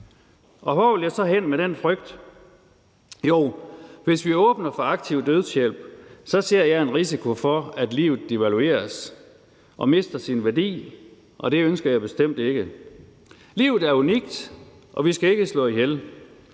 Hvor vil jeg så hen med den frygt? Jo, hvis vi åbner for aktiv dødshjælp, ser jeg en risiko for, at livet devalueres og mister sin værdi, og det ønsker jeg bestemt ikke. Livet er unikt, og vi skal ikke slå ihjel.